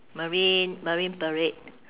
marine marine parade